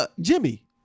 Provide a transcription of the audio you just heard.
Jimmy